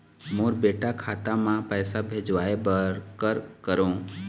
मोर बेटा खाता मा पैसा भेजवाए बर कर करों?